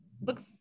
looks